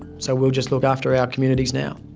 so we'll just look after our communities now.